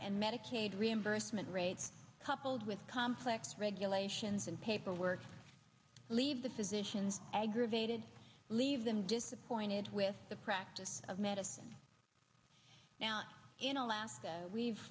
and medicaid reimbursement rates coupled with complex regulations and paperwork leave the physicians aggravated leave them disappointed with the practice of medicine in alaska we've